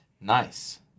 Nice